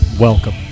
Welcome